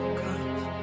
comes